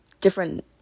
different